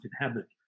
inhabit